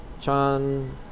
Chan